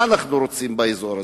מה אנחנו רוצים באזור הזה?